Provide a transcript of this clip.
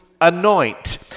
anoint